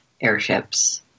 airships